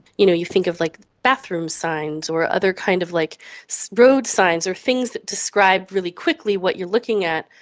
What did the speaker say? you know, you think of like bathrooms signs or other kind of like so road signs or things that describe really quickly what you are looking at.